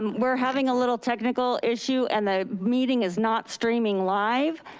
we're having a little technical issue and the meeting is not streaming live.